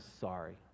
sorry